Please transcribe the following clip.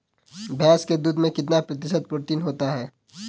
भैंस के दूध में कितना प्रतिशत प्रोटीन होता है?